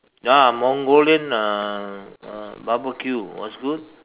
ya Mongolian uh uh barbecue was good